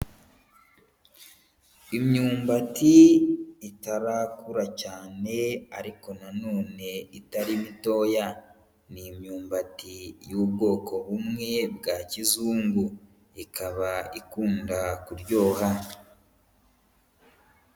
Imyumbati itarakura cyane, ariko na none itari mitoya ni imyumbati y'ubwoko bumwe bwa kizungu, ikaba ikunda kuryoha.